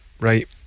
Right